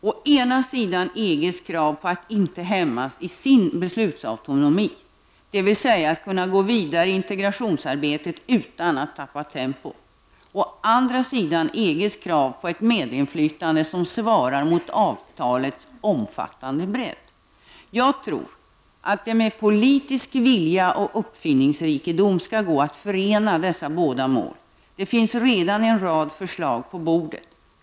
Å ena sidan EGs krav på att inte hämmas i sin beslutsautonomi, dvs. att kunna gå vidare i integrationsarbetet utan att tappa tempo. Å andra sida EFTAs krav på ett medinflytande som svarar mot avtalets omfattande bredd. Jag tror att det med politisk vilja och uppfinningsrikedom skall gå att förena dessa båda mål. Det finns redan en rad förslag på bordet.